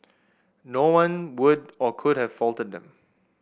no one would or could have faulted them